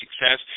success